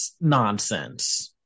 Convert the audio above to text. nonsense